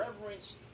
reverence